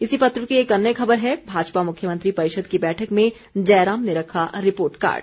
इसी पत्र की एक अन्य खबर है भाजपा मुख्यमंत्री परिषद की बैठक में जयराम ने रखा रिपोर्ट कार्ड